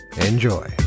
Enjoy